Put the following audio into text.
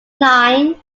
nine